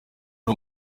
ari